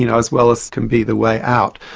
you know as well as can be the way out.